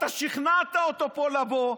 אתה שכנעת אותו פה לבוא,